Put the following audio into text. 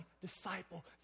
disciple